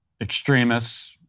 extremists